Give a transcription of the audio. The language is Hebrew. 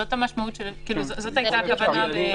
זאת המשמעות, זאת הייתה הכוונה.